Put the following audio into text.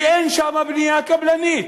כי אין שם בנייה קבלנית,